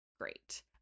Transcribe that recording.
Great